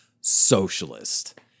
socialist